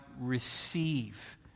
receive